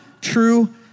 true